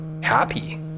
happy